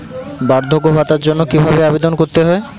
বার্ধক্য ভাতার জন্য কিভাবে আবেদন করতে হয়?